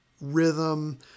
rhythm